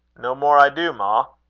no more i do, ma.